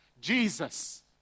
Jesus